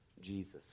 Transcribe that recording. Jesus